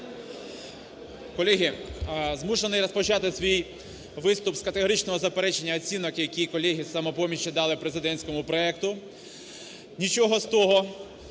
Колеги, змушений розпочати свій виступ з категоричного заперечення оцінок, які колеги з "Самопомочі" дали президентському проекту. Нічого з того,